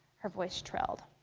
her voice trailed.